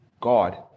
God